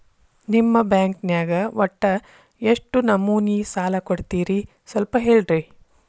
ನಿಮ್ಮ ಬ್ಯಾಂಕ್ ನ್ಯಾಗ ಒಟ್ಟ ಎಷ್ಟು ನಮೂನಿ ಸಾಲ ಕೊಡ್ತೇರಿ ಸ್ವಲ್ಪ ಹೇಳ್ರಿ